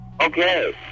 Okay